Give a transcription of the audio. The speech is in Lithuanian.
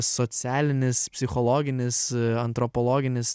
socialinis psichologinis antropologinis